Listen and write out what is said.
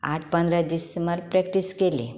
आठ पंदरा दीस सुमार प्रेक्टीस केली